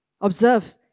Observe